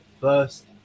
first